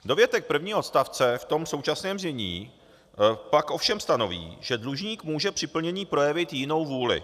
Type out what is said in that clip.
Dovětek prvního odstavce v tom současném znění pak ovšem stanoví, že dlužník může při plnění projevit jinou vůli.